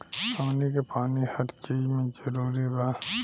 हमनी के पानी हर चिज मे जरूरी बा